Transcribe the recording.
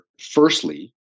firstly